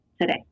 today